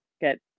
get